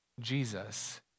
Jesus